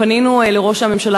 פנינו לראש הממשלה,